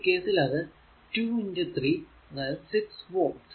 ഈ കേസിൽ അത് 2 3 അതായത് 6 വോൾട്